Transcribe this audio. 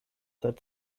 seit